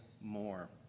more